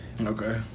okay